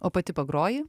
o pati pagroji